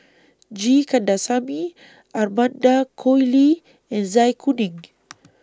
G Kandasamy Amanda Koe Lee and Zai Kuning